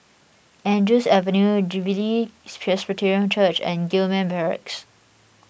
Andrews Avenue Jubilee Presbyterian Church and Gillman Barracks